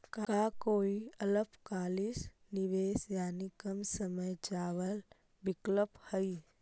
का कोई अल्पकालिक निवेश यानी कम समय चावल विकल्प हई?